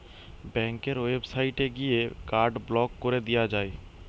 ব্যাংকের ওয়েবসাইটে গিয়ে কার্ড ব্লক কোরে দিয়া যায়